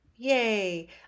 Yay